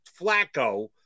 Flacco